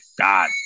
God